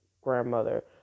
grandmother